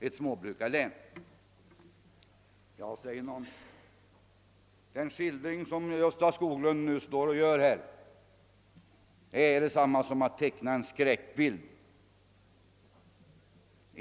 Ja, säger någon, den skildring som Gösta Skoglund nu ger är detsamma som att teckna en skräckbild.